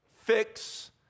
fix